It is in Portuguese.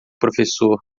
professor